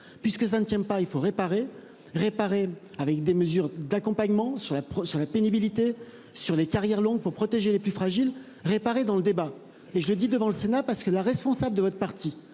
puisque ça ne tient pas, il faut réparer, réparer avec des mesures d'accompagnement sur la sur la pénibilité sur les carrières longues pour protéger les plus fragiles réparer dans le débat et je le dis devant le Sénat parce que la responsable de votre parti.